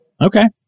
Okay